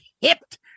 hipped